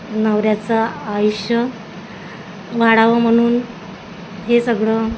नवऱ्याचं आयुष्य वाढावं म्हणून हे सगळं